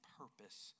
purpose